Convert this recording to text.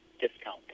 discount